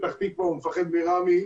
הוא מפחד מרמי,